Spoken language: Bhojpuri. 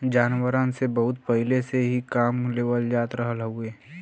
जानवरन से बहुत पहिले से ही काम लेवल जात रहल हउवे